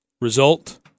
result